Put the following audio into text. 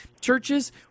churches